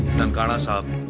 nankana sahib.